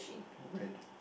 red